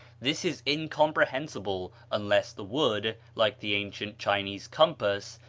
this is incomprehensible, unless the wood, like the ancient chinese compass,